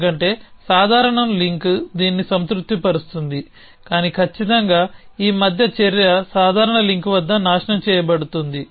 ఎందుకంటే సాధారణం లింక్ దీన్ని సంతృప్తి పరుస్తుంది కానీ ఖచ్చితంగా ఈ మధ్య చర్య సాధారణం లింక్ వద్ద నాశనం చేయబడింది